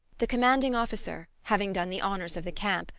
the commanding officer, having done the honours of the camp,